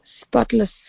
spotless